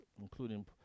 including